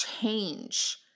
change